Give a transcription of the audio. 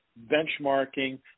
benchmarking